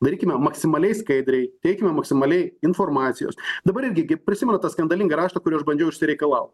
darykime maksimaliai skaidriai teikime maksimaliai informacijos dabar irgi gi prisimenat tą skandalingą raštą kurį aš bandžiau išsireikalaut